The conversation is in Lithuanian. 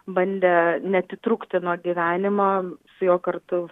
bandė neatitrūkti nuo gyvenimo su juo kartu